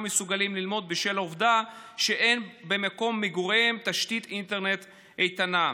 מסוגלים ללמוד בשל העובדה שאין במקום מגוריהם תשתית אינטרנט איתנה.